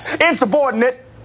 Insubordinate